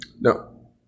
No